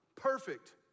perfect